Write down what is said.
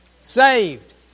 Saved